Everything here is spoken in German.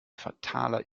fataler